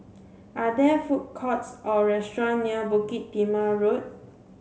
are there food courts or restaurant near Bukit Timah Road